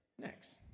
Next